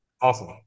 Awesome